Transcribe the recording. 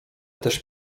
też